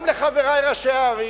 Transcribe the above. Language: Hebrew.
גם לחברי ראשי הערים.